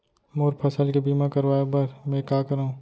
मोर फसल के बीमा करवाये बर में का करंव?